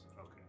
Okay